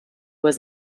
was